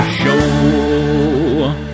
show